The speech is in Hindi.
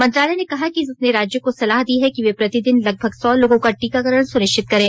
मंत्रालय ने कहा है कि उसने राज्यों को सलाह दी है कि वे प्रतिदिन लगभग सौ लोगों का टीकाकरण सुनिश्चित करें